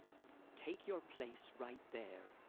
take your place right there.